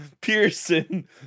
Pearson